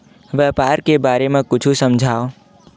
व्यापार के बारे म कुछु समझाव?